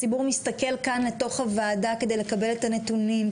הציבור מסתכל כאן לתוך הוועדה כדי לקבל את הנתונים,